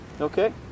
Okay